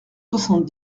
soixante